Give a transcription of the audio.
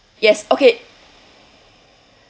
yes okay